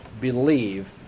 believe